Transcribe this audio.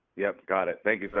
yep, got it, thank you but